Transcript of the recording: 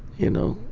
you know,